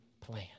plan